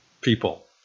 people